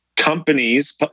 Companies